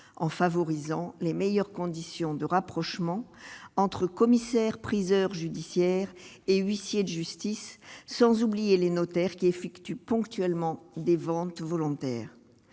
en favorisant les meilleures conditions de rapprochement entre commissaire judiciaire et huissiers de justice, sans oublier les notaires qui est fluctue ponctuellement des ventes volontaires,